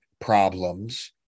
problems